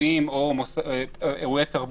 בעניינים כמפורט בפסקאות איסור על פתיחה של